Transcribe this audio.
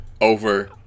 over